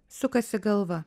sukasi galva